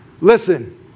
listen